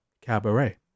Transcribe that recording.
Cabaret